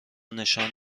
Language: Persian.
نشان